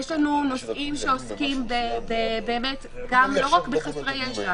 יש לנו נושאים שעוסקים לא רק בחסרי ישע.